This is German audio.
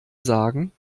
sagen